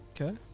Okay